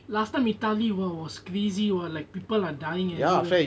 last time italy !wah! was crazy like people are dying everywhere